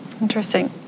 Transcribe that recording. interesting